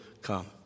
come